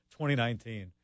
2019